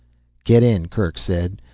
get in, kerk said.